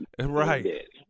Right